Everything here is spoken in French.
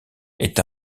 est